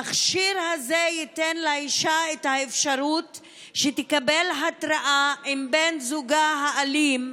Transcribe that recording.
המכשיר הזה ייתן לאישה את האפשרות לקבל התראה אם בן זוגה האלים,